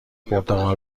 پرتغال